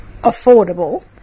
affordable